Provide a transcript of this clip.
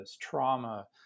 trauma